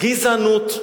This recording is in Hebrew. "גזענות".